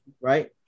right